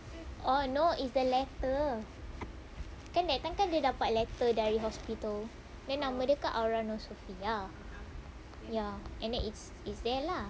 oh no is the letter kan that time kan dia dapat letter dari hospital then nama dia kan aura nur sofia ya and then it's it's there lah